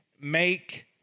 make